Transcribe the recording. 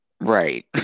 Right